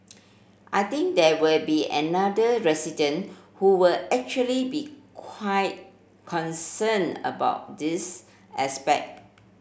I think there will be another resident who will actually be quite concerned about this aspect